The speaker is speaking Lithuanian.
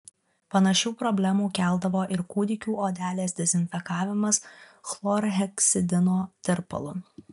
panašių problemų keldavo ir kūdikių odelės dezinfekavimas chlorheksidino tirpalu